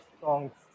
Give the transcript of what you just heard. songs